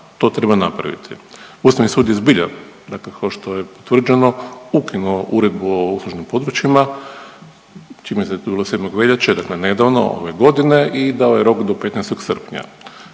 to treba napraviti. Ustavni sud je zbilja, dakle ko što je utvrđeno ukinuo Uredbu o uslužnim područjima čini mi se da je to bilo 7. veljače dakle nedavno ove godine i dao je rok do 15. srpnja.